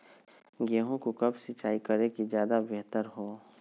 गेंहू को कब सिंचाई करे कि ज्यादा व्यहतर हो?